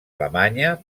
alemanya